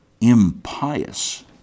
impious